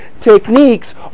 techniques